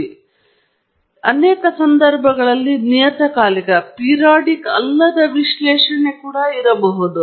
ಆದ್ದರಿಂದ ಅನೇಕ ಸಂದರ್ಭಗಳಲ್ಲಿ ನಿಯತಕಾಲಿಕ ಅಲ್ಲದ ವಿಶ್ಲೇಷಣೆ ಕೂಡ ಇರಬಹುದು